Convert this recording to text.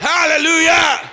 Hallelujah